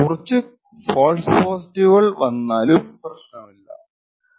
കുറച്ചു ഫാൾസ് പോസിറ്റീവുകൾ സ്വീകാര്യം ആണ്